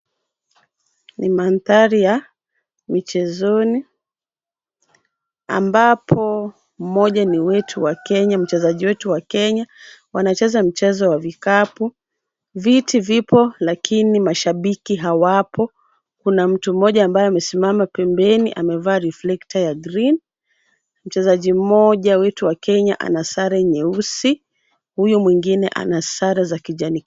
Ni mandhari ya michezoni ambapo mmoja ni wetu wa Kenya, mchezaji wetu wa Kenya. Wanacheza mchezo wa vikapu. Viti vipo lakini mashabiki hawapo. Kuna mtu mmoja ambaye amesimama pembeni amevaa reflector ya green . Mchezaji wetu mmoja wa Kenya ana sare nyeusi, huyo mwingine ana sare za kijani.